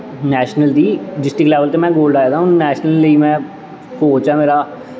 national दी district level ते gold आए दा हून नैशनल लेई कोच ऐ मेरा